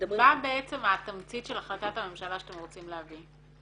-- מה בעצם התמצית של החלטת הממשלה שאתם רוצים להביא?